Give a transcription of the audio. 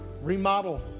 Remodel